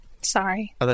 Sorry